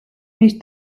მის